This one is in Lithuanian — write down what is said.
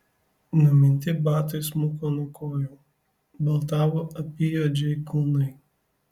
numinti batai smuko nuo kojų baltavo apyjuodžiai kulnai